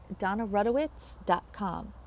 DonnaRudowitz.com